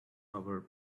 our